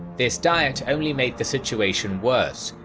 this diet only made the situation worse,